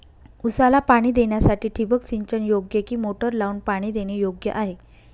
ऊसाला पाणी देण्यासाठी ठिबक सिंचन योग्य कि मोटर लावून पाणी देणे योग्य आहे?